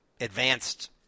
advanced